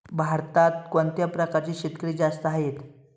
भारतात कोणत्या प्रकारचे शेतकरी जास्त आहेत?